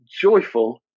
Joyful